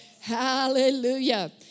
Hallelujah